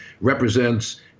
represents